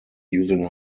using